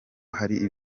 ari